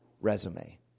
resume